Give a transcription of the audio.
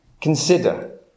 Consider